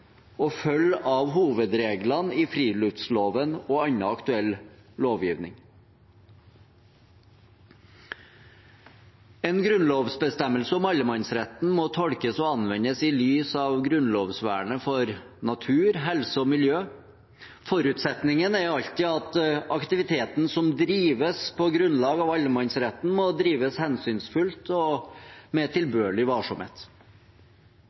av hovedreglene i friluftsloven og annen aktuell lovgivning. En grunnlovsbestemmelse om allemannsretten må tolkes og anvendes i lys av grunnlovsvernet for natur, helse og miljø. Forutsetningen er alltid at aktiviteten som drives på grunnlag av allemannsretten, må drives hensynsfullt og med tilbørlig varsomhet.